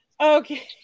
Okay